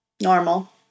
normal